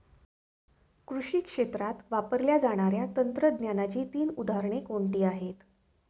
कृषी क्षेत्रात वापरल्या जाणाऱ्या तंत्रज्ञानाची तीन उदाहरणे कोणती आहेत?